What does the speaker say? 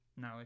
No